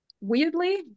Weirdly